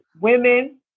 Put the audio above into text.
women